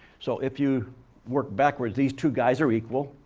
so, if you work backwards, these two guys are equal.